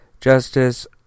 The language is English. Justice